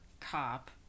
cop